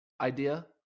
idea